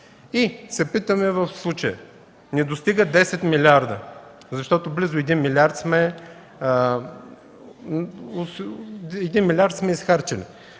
И се питаме в случая – не достигат 10 милиарда, защото близо 1 милиард сме изхарчили.